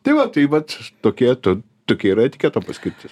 tai va tai vat tokia ta tokia yra etiketo paskirtis